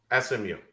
SMU